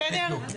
בסדר?